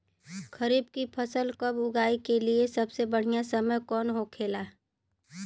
खरीफ की फसल कब उगाई के लिए सबसे बढ़ियां समय कौन हो खेला?